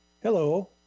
Hello